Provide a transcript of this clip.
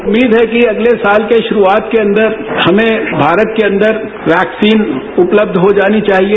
उम्मीद है कि अगले के शुरूआत के अंदर हमें भारत के अंदर वैक्सीन उपलब्ध हो जानी चाहिए